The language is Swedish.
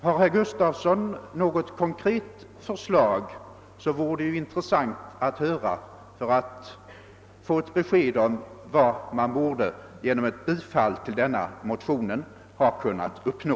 Har herr Gustafson något konkret förslag, vore det intressant att höra det för att få ett besked om vad vi genom ett bifall till motionen skulle kunna uppnå.